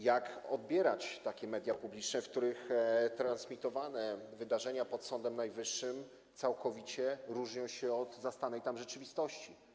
Jak odbierać takie media publiczne, w których transmitowane wydarzenia pod Sądem Najwyższym całkowicie różnią się od zastanej tam rzeczywistości?